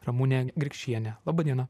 ramune grikšiene laba diena